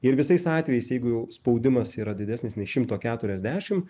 ir visais atvejais jeigu jau spaudimas yra didesnis nei šimto keturiasdešim